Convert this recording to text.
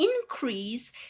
increase